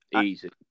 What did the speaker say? Easy